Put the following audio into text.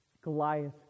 Goliath